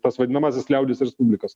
tas vadinamąsias liaudies respublikas